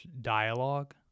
dialogue